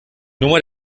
nummer